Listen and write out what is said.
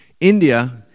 india